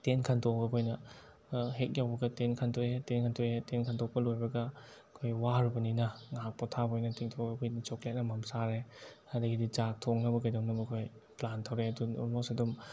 tent ꯈꯟꯇꯣꯛꯑꯒ ꯑꯩꯈꯣꯏꯅ ꯍꯦꯛ ꯌꯧꯕꯒ ꯇꯦꯟꯠ ꯈꯟꯇꯣꯛꯑꯦ ꯇꯦꯟꯠ ꯈꯟꯇꯣꯛꯑꯦ ꯇꯦꯟꯠ ꯈꯟꯇꯣꯛꯄ ꯂꯣꯏꯕꯒ ꯑꯩꯈꯣꯏ ꯋꯥꯔꯨꯕꯅꯤꯅ ꯉꯥꯏꯍꯥꯛ ꯄꯣꯊꯥꯕ ꯑꯣꯏꯅ ꯇꯤꯡꯊꯣꯛꯑꯒ ꯑꯩꯈꯣꯏꯅ ꯆꯣꯀ꯭ꯂꯦꯠ ꯑꯃꯃꯝ ꯆꯥꯔꯦ ꯑꯗꯒꯤꯗꯤ ꯆꯥꯛ ꯊꯣꯡꯅꯕ ꯀꯩꯗꯧꯅꯕ ꯑꯩꯈꯣꯏ ꯄ꯭ꯂꯥꯟ ꯇꯧꯔꯦ ꯑꯗꯨꯒꯤ ꯑꯣꯜꯃꯣꯁ ꯑꯗꯨꯝ